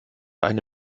eine